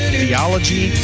theology